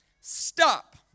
Stop